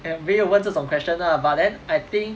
没有问这种 question lah but then I think